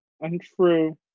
untrue